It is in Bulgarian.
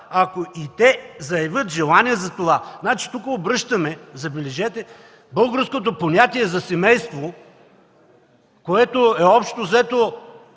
ако и те заявят желание за това.” Тук обръщаме, забележете, българското понятие за семейство, което е общо взето: